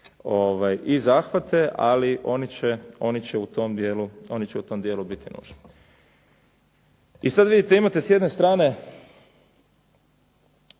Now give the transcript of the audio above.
i zahvate, ali oni će u tom dijelu biti nužni. I sad vidite, imate s jedne strane